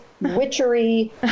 witchery